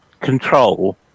control